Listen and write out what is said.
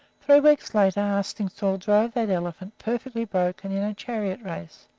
three weeks later arstingstall drove that elephant, perfectly broken, in a chariot race,